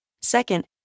Second